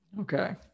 Okay